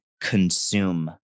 consume